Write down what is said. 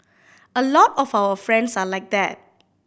a lot of our friends are like that